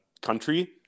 country